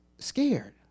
scared